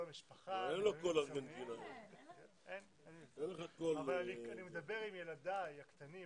כל המשפחה אבל אני מדבר עם ילדיי הקטנים,